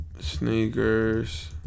sneakers